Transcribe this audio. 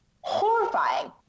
horrifying